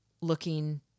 looking